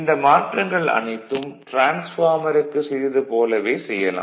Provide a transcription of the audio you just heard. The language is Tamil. இந்த மாற்றங்கள் அனைத்தும் டிரான்ஸ்பார்மருக்கு செய்தது போலவே செய்யலாம்